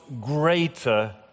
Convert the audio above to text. greater